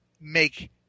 make